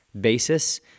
basis